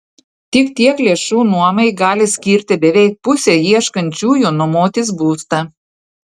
tik tiek lėšų nuomai gali skirti beveik pusė ieškančiųjų nuomotis būstą